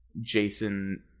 Jason